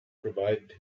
provided